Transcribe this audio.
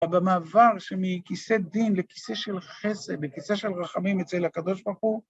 במעבר שמכיסא דין לכיסא של חסד לכיסא של רחמים אצל הקב"ה.